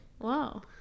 Wow